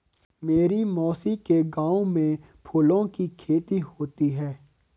मेरी मौसी के गांव में फूलों की खेती होती है